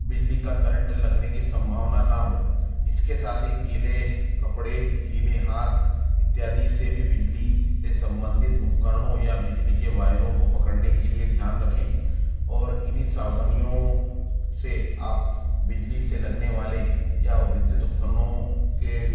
बिजली का करंट लगने की संभावना ना हो इसके साथ ही गीले कपड़े गीले हाथ इत्यादि से भी बिजली से संबंधित उपकरणों या बिजली के वायरों को पकड़ने के लिए ध्यान रखें और इन्ही सावधानियों से आप बिजली से लगने वाले या विद्युत उपकरणों के